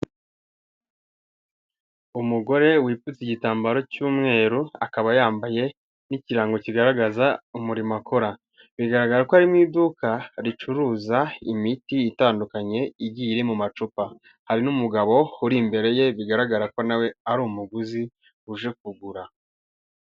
Umugore wipfutse igitambaro cy'umweru akaba yambaye n'ikirango kigaragaza umurimo akora, bigaragara ko ari mu iduka ricuruza imiti itandukanye igiye iri mu macupa, hari n'umugabo uri imbere ye bigaragara ko nawe ari umuguzi uje kugura.